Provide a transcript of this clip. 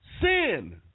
sin